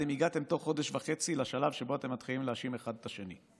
אתם הגעתם תוך חודש וחצי לשלב שבו אתם מתחילים להאשים אחד את השני.